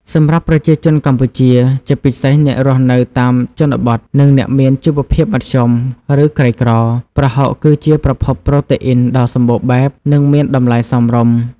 សម្រាប់ប្រជាជនកម្ពុជា ជាពិសេសអ្នករស់នៅតាមជនបទ និងអ្នកមានជីវភាពមធ្យម ឬក្រីក្រ ប្រហុកគឺជាប្រភពប្រូតេអ៊ីនដ៏សម្បូរបែប និងមានតម្លៃសមរម្យ។